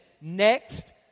next